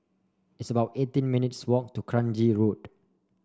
it's about eighteen minutes' walk to Kranji Road